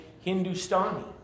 Hindustani